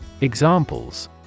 Examples